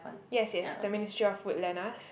yes yes the ministry of food Lena's